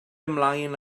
ymlaen